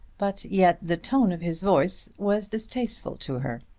but yet the tone of his voice was distasteful to her.